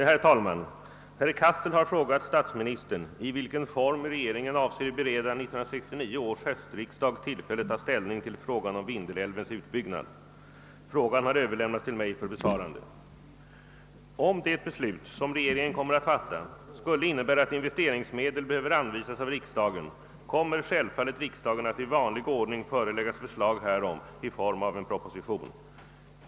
Herr talman! Herr Cassel har frågat statsministern i vilken form regeringen avser bereda 1969 års höstriksdag till fälle ta ställning till frågan om Vindelälvens utbyggnad. Frågan har Ööverlämnats till mig för besvarande. Om det beslut, som regeringen kommer att fatta, skulle innebära att investeringsmedel behöver anvisas av riksdagen, kommer självfallet riksdagen att i vanlig ordning föreläggas förslag härom i form av en proposition.